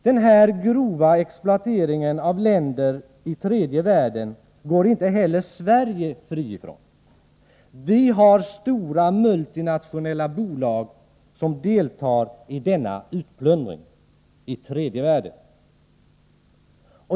Den här grova exploateringen av länder i tredje världen går inte heller Sverige fri från. Vi har stora multinationella bolag som deltar i denna utplundring i tredje världen.